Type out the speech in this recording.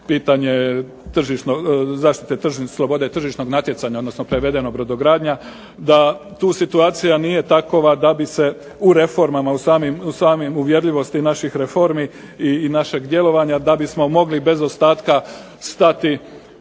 pitanje zaštite, slobode tržišnog natjecanja, odnosno prevedeno brodogradnja, da tu situacija nije takova da bi se u reformama, u samim uvjerljivosti naših reformi i našeg djelovanja da bismo mogli bez ostatka stati